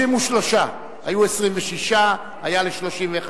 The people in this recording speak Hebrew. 33, היו 26, עלה ל-31,